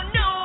no